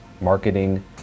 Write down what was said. marketing